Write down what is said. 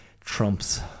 trump's